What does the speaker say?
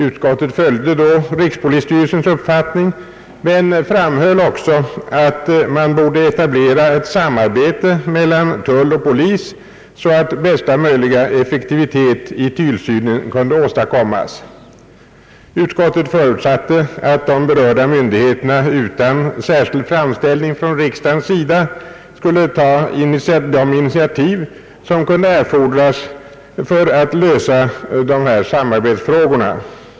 Utskottet följde då rikspolisstyrelsens uppfattning men framhöll också att man borde etablera ett samarbete mellan tull och polis så att bästa möjliga effektivitet i tillsynen kunde åstadkommas. Utskottet förutsatte att de berörda myndigheterna utan särskild framställning från riksdagens sida skulle ta de initiativ som kunde erfordras för att lösa dessa samarbetsfrågor.